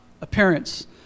appearance